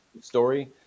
story